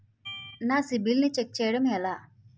నా సిబిఐఎల్ ని ఛెక్ చేయడం ఎలా?